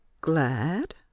glad